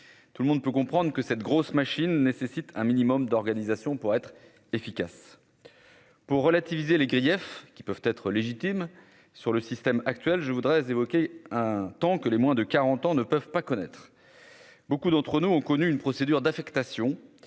tout le monde peut comprendre que cette grosse machine nécessite un minimum d'organisation pour être efficace pour relativiser les griefs qui peuvent être légitimes sur le système actuel, je voudrais évoquer un temps que les moins de 40 ans ne peuvent pas connaître beaucoup d'entre nous ont connu une procédure d'affectation